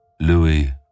Louis